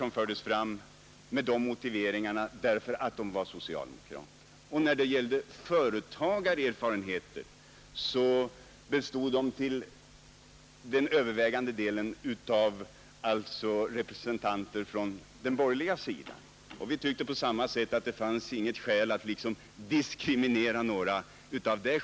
När det gällde företagarerfarenheter var de personer som fördes fram till övervägande delen folk från den borgerliga sidan, och vi tyckte på samma sätt att det därvidlag inte fanns skäl att diskriminera dem.